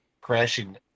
crashing